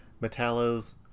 Metallos